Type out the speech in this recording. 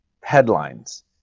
headlines